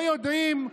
לא יודעים,